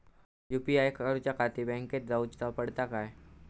UPI करूच्याखाती बँकेत जाऊचा पडता काय?